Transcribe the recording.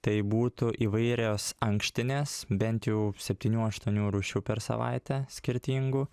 tai būtų įvairios ankštinės bent jau septynių aštuonių rūšių per savaitę skirtingų